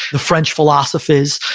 the french philosophers.